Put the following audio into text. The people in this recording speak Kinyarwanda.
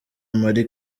marie